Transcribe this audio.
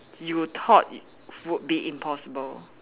you thought would be impossible